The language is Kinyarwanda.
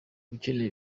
ukeneye